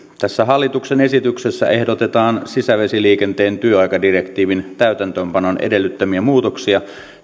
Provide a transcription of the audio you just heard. tässä hallituksen esityksessä ehdotetaan sisävesiliikenteen työaikadirektiivin täytäntöönpanon edellyttämiä muutoksia